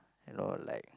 you know like